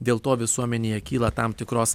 dėl to visuomenėje kyla tam tikros